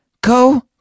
go